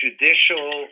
judicial